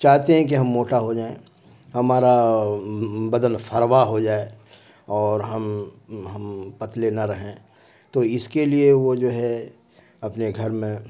چاہتے ہیں کہ ہم موٹا ہو جائیں ہمارا بدن فروا ہو جائے اور ہم ہم پتلے نہ رہیں تو اس کے لیے وہ جو ہے اپنے گھر میں